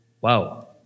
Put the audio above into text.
Wow